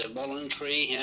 voluntary